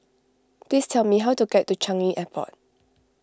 please tell me how to get to Changi Airport